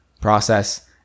process